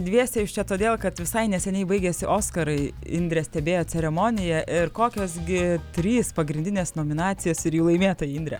dviese jūs čia todėl kad visai neseniai baigėsi oskarai indrė stebėjo ceremoniją ir kokios gi trys pagrindinės nominacijos ir jų laimėtojai indrė